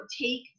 take